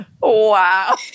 Wow